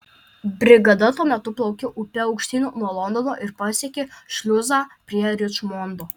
brigada tuo metu plaukė upe aukštyn nuo londono ir pasiekė šliuzą prie ričmondo